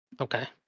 Okay